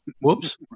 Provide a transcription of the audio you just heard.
Whoops